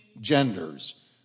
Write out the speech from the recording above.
genders